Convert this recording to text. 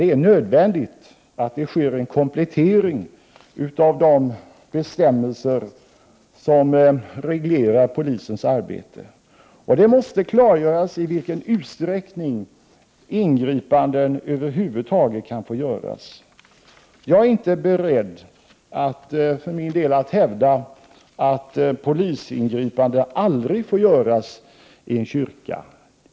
Det är nödvändigt att man gör en komplettering av de bestämmelser som reglerar polisens arbete. Och det måste klargöras i vilken utsträckning ingripanden över huvud taget kan få göras. Jag är inte för min del beredd att hävda att polisingripanden aldrig får göras i en kyrka.